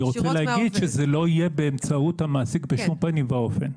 אני רוצה להגיד שזה לא יהיה באמצעות המעסיק בשום פנים ואופן.